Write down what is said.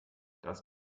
das